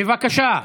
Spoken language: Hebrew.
בבקשה.